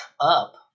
up